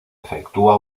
efectúa